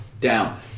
Down